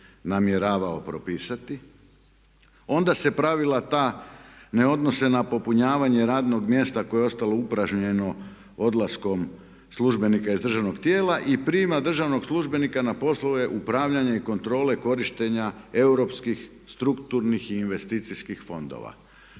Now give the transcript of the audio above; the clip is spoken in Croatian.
namjeravao propisati. Onda se pravila ta ne odnose na popunjavanje radnog mjesta koje je ostalo upražnjeno odlaskom službenika iz državnog tijela i prijma državnog službenika na poslove upravljanja i kontrole korištenja europskih, strukturnih i investicijskih fondova.